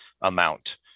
amount